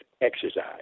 exercise